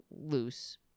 loose